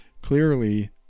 clearly